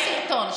יש סרטון,